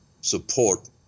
support